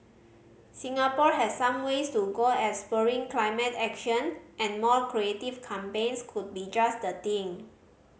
Singapore has some ways to go at spurring climate action and more creative campaigns could be just the thing